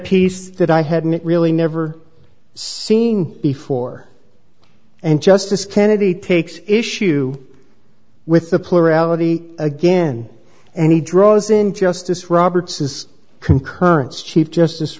piece that i hadn't really never seen before and justice kennedy takes issue with the plurality again and he draws in justice roberts is concurrence chief justice